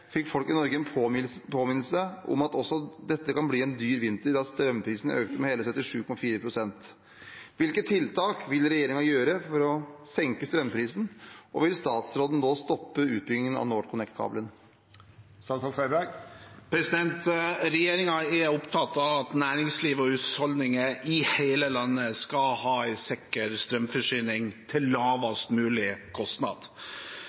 fikk folk i Norge en påminnelse om at også dette kan bli en dyr vinter, da strømprisen økte med hele 77,4 pst. Hvilke tiltak vil regjeringen gjøre for å senke strømprisen, og vil statsråden nå stoppe utbyggingen av NorthConnect-kabelen?» Regjeringen er opptatt av at næringsliv og husholdninger i hele landet skal ha en sikker strømforsyning til lavest mulig kostnad.